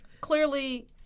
Clearly